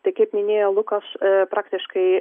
tai kaip minėjo lukas praktiškai